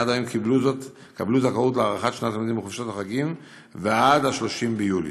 עד היום קיבלו זכאות להארכת שנת הלימודים בחופשות החגים ועד 30 ביולי.